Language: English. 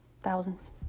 thousands